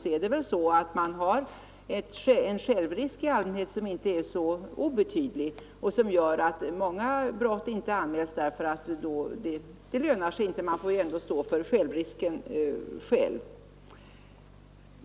Men man har ju i allmänhet en självrisk som inte är så obetydlig och som gör att många brott inte anmäls därför att det inte lönar sig — man får ändå stå för självrisken.